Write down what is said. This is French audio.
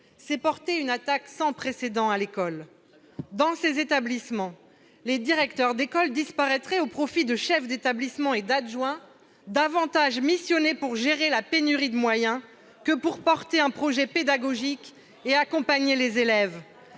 c'est porter une attaque sans précédent à l'école. Très bien ! Dans ces établissements, les directeurs d'école disparaîtraient au profit de chefs d'établissement et d'adjoints davantage missionnés pour gérer la pénurie de moyens que pour porter un projet pédagogique et accompagner les élèves.